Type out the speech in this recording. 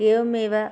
एवमेव